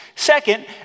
Second